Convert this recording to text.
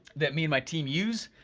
that me and my team use.